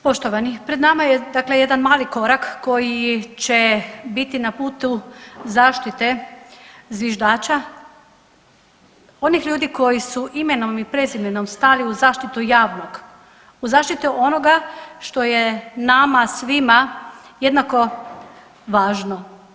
Poštovani pred nama je dakle jedan mali korak koji će biti na putu zaštite zviždača, onih ljudi koji su imenom i prezimenom stali u zaštitu javnog, u zaštitu onoga što je nama svima jednako važno.